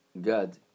God